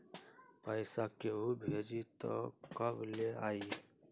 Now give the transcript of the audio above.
पैसा केहु भेजी त कब ले आई?